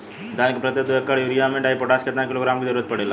धान के प्रत्येक दो एकड़ खेत मे यूरिया डाईपोटाष कितना किलोग्राम क जरूरत पड़ेला?